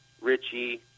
Richie